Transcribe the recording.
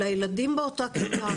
לילדים באותה כיתה,